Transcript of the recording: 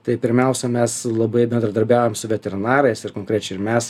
tai pirmiausia mes labai bendradarbiaujam su veterinarais ir konkrečiai ir mes